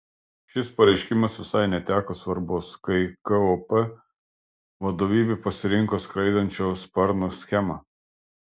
šis pareiškimas visai neteko svarbos kai kop vadovybė pasirinko skraidančio sparno schemą